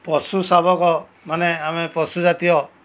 ପଶୁ ଶାବକ ମାନେ ଆମେ ପଶୁ ଜାତୀୟ